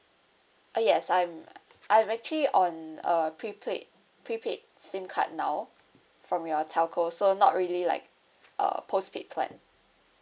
uh yes I'm I've actually on uh pre played pre-paid SIM card now from your telco so not really like uh post-paid plan